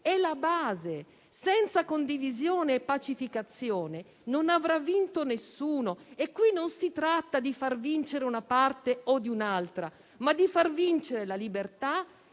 È la base. Senza condivisione e pacificazione non avrà vinto nessuno, e qui non si tratta di far vincere una parte o l'altra, ma di far vincere la libertà,